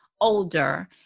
older